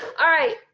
alright,